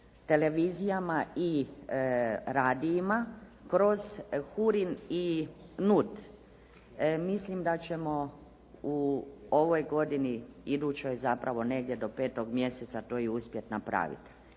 televizijama i radijima kroz HURIN i NUT. Mislim da ćemo u ovoj godini, idućoj zapravo negdje do 5. mjeseca to i uspjeti napraviti.